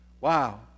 Wow